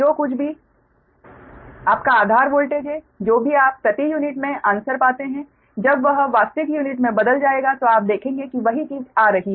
जो कुछ भी आपका आधार वोल्टेज हैं जो भी आप प्रति यूनिट में आन्सर पाते हैं जब वह वास्तविक यूनिट में बदल जाएगा तो आप देखेंगे कि वही चीज़ आ रही है